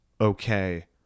okay